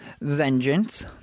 Vengeance